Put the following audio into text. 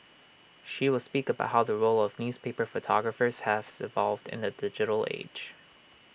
she will speak about how the role of newspaper photographers has evolved in the digital age